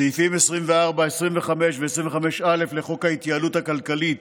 סעיפים 24, 25 ו-25א לחוק ההתייעלות הכלכלית